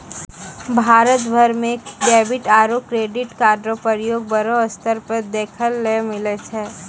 भारत भर म डेबिट आरू क्रेडिट कार्डो र प्रयोग बड़ो स्तर पर देखय ल मिलै छै